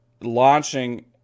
launching